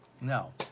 No